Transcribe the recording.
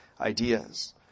ideas